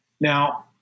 Now